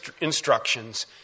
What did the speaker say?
instructions